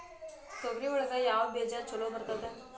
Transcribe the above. ತೊಗರಿ ಒಳಗ ಯಾವ ಬೇಜ ಛಲೋ ಬರ್ತದ?